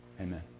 Amen